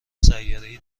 سیارهای